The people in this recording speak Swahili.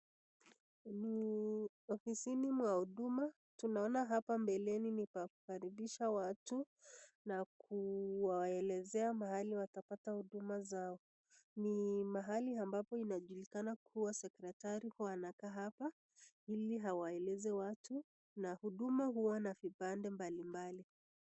Ni ofisini mwa huduma, tunaona hapa mbeleni ni pa kukaribisha watu na kuwaelezea majali watapata huduma zao. Ni mahali ambapo inajulikana kuwa secretari huwa anakaa hapa ili awaeleze watu na huduma huwa na vipande mbali mbali.